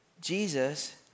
Jesus